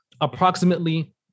approximately